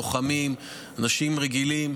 לוחמים ואנשים רגילים.